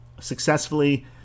successfully